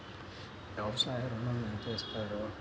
వ్యవసాయ ఋణం ఎంత ఇస్తారు?